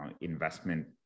investment